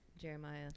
Jeremiah